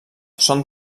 són